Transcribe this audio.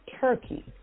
Turkey